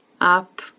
up